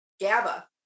GABA